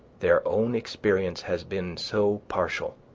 their own experience has been so partial,